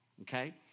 Okay